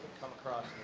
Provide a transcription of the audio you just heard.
come across